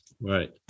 Right